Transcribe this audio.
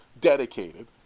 dedicated